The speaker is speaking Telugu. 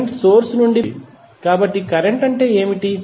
కరెంట్ సోర్స్ నుండి ప్రవహిస్తోంది కాబట్టి కరెంట్ అంటే ఏమిటి